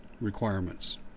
requirements